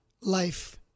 life